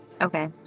Okay